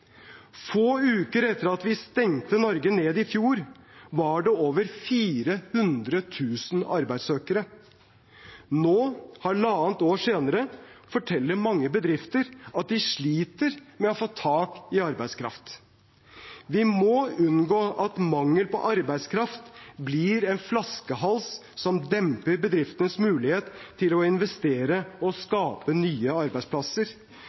Få uker etter at vi stengte Norge ned i fjor, var det over 400 000 arbeidssøkere. Nå, halvannet år senere, forteller mange bedrifter at de sliter med å få tak i arbeidskraft. Vi må unngå at mangel på arbeidskraft blir en flaskehals som demper bedriftenes mulighet til å investere og skape nye arbeidsplasser.